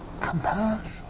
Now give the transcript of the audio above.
compassion